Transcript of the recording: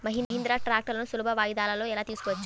మహీంద్రా ట్రాక్టర్లను సులభ వాయిదాలలో ఎలా తీసుకోవచ్చు?